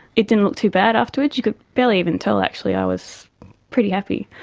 it didn't look too bad afterwards, you could barely even tell actually, i was pretty happy.